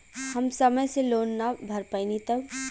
हम समय से लोन ना भर पईनी तब?